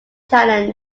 challenge